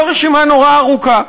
לא רשימה נורא ארוכה,